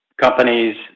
companies